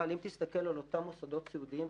אבל אם תסתכל על אותם מוסדות סיעודיים,